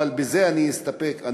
אבל אני אסתפק בזה.